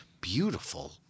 Beautiful